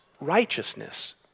righteousness